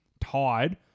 tied